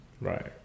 Right